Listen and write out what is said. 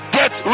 get